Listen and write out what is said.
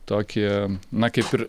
tokį na kaip ir